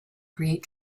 create